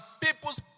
people's